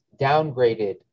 downgraded